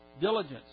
diligence